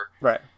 Right